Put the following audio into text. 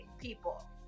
people